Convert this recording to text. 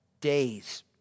days